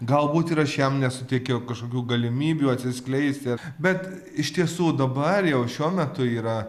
galbūt ir aš jam nesuteikiau kažkokių galimybių atsiskleisti bet iš tiesų dabar jau šiuo metu yra